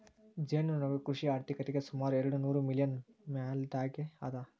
ಜೇನುನೊಣಗಳು ಕೃಷಿ ಆರ್ಥಿಕತೆಗೆ ಸುಮಾರು ಎರ್ಡುನೂರು ಮಿಲಿಯನ್ ಮೌಲ್ಯದ್ದಾಗಿ ಅದ